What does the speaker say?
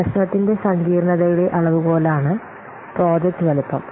പ്രശ്നത്തിന്റെ സങ്കീർണ്ണതയുടെ അളവുകോലാണ് പ്രോജക്റ്റ് വലുപ്പം